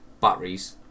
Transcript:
batteries